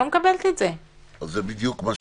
אבל לא ראיתם את המקום.